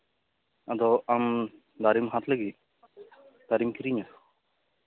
ᱟᱫᱚ ᱟᱢ ᱫᱟᱨᱮᱢ ᱦᱟᱛᱟᱣ ᱞᱟᱹᱜᱤᱫ ᱫᱟᱨᱮᱢ ᱠᱤᱨᱤᱧᱟ